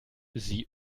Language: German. sie